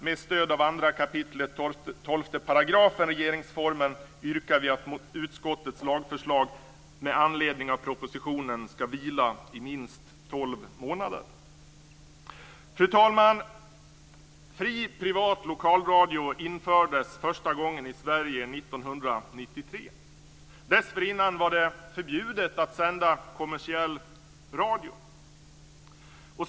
Med stöd av 2 kap. 12 § regeringsformen yrkar vi att utskottets lagförslag med anledning av propositionen ska vila i minst tolv månader. Fru talman! Fri privat lokalradio infördes första gången i Sverige 1993. Dessförinnan var det förbjudet att sända kommersiell radio.